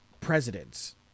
presidents